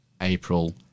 april